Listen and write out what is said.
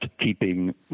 keeping